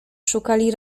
szukali